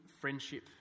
friendship